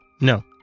no